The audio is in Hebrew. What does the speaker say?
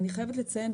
אני חייבת לציין,